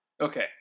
Okay